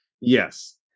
Yes